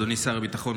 אדוני שר הביטחון,